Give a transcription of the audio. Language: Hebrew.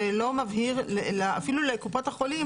ולא מבהיר אפילו לקופות החולים,